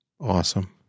Awesome